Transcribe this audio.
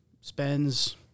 spends